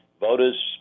voters